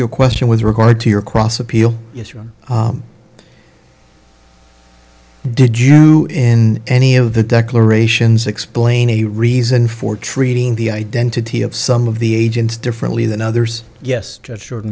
you a question with regard to your cross appeal is room did you in any of the declarations explain a reason for treating the identity of some of the agents differently than others yes